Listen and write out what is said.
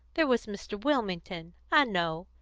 there was mr. wilmington, i know.